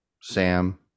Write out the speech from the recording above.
Sam